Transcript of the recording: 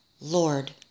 Lord